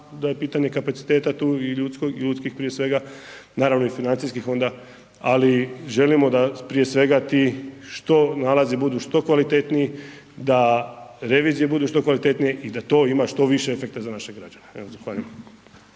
da je pitanje kapaciteta tu i ljudskih prije svega. Naravno i financijskih onda, ali želimo da, prije svega ti što nalazi budu što kvalitetniji, da revizije budu što kvalitetnije i da to ima što više efekta za naše građane.